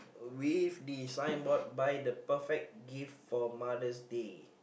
with design board buy the perfect gift for Mothers' Day